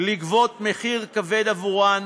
לגבות מחיר כבד עבורן,